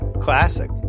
classic